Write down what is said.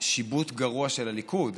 שיבוט גרוע של הליכוד,